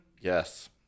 Yes